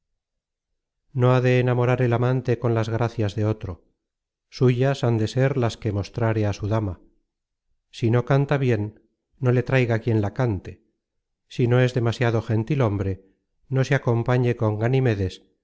no ha de enamorar el amante con las gracias de otro suyas han de ser las que mostrare a su dama si no canta bien no le traiga quien la cante si no es demasiado gentil hombre no se acompañe con